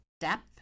depth